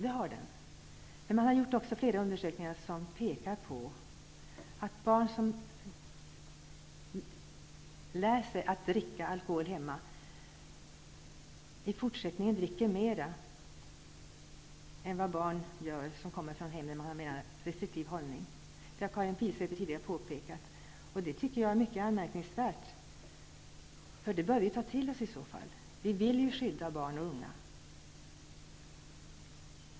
Det har gjorts flera undersökningar vars resultat pekar på att barn som lär sig att dricka alkohol hemma i fortsättningen dricker mer än vad barn gör som kommer från hem med en mer restriktiv hållning. Karin Pilsäter har tidigare påpekat detta. Jag tycker att detta är mycket anmärkningsvärt och att vi bör ta till oss av det. Vi vill ju skydda barn och unga.